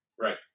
Right